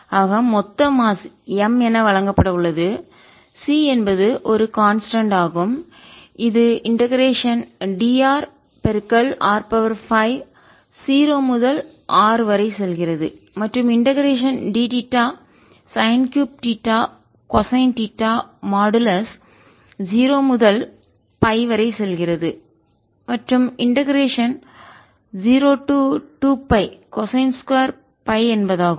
ஆக மொத்த மாஸ் நிறை M என வழங்கப்பட உள்ளது C என்பது ஒரு கான்ஸ்டன்ட் மாறிலி ஆகும் இது இண்டெகரேஷன் drr 5 0 முதல் ஆர் வரை செல்கிறது மற்றும் integration dθ sine 3 theta cosine theta modulus 0 முதல் π வரை செல்கிறது மற்றும் இண்டெகரேஷன் 0 to 2 π கொசைன் 2 Φ என்பதாகும்